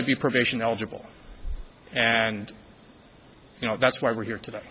to be probation eligible and you know that's why we're here today